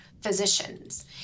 physicians